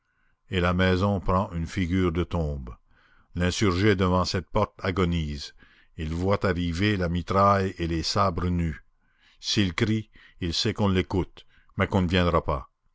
et la maison prend une figure de tombe l'insurgé devant cette porte agonise il voit arriver la mitraille et les sabres nus s'il crie il sait qu'on l'écoute mais qu'on ne viendra pas